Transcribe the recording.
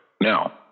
Now